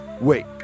Wait